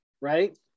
right